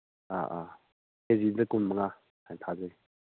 ꯑꯥ ꯑꯥ ꯀꯦ ꯖꯤꯗ ꯀꯨꯟꯃꯉꯥ ꯊꯥꯖꯩ